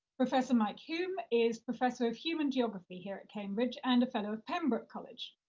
professor mike hulme is professor of human geography here at cambridge and a fellow at pembroke college.